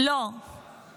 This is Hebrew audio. לא היית בטירונות?